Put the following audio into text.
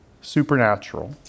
supernatural